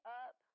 up